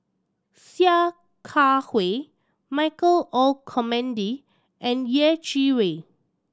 Sia Kah Hui Michael Olcomendy and Yeh Chi Wei